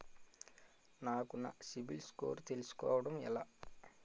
నాకు నా సిబిల్ స్కోర్ తెలుసుకోవడం ఎలా?